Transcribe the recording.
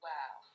Wow